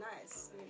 nice